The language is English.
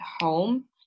home